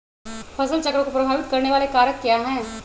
फसल चक्र को प्रभावित करने वाले कारक क्या है?